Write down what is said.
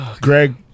Greg